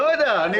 השאלה היא